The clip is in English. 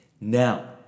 Now